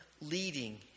leading